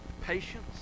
patience